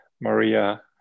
Maria